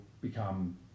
become